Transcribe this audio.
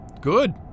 Good